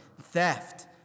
theft